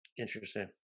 Interesting